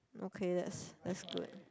okay that's that's good